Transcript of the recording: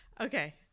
Okay